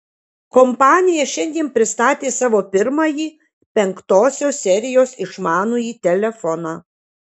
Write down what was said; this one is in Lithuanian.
kompanija šiandien pristatė savo pirmąjį penktosios serijos išmanųjį telefoną